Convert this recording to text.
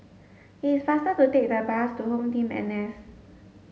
it is faster to take the bus to HomeTeam N S